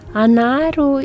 anaru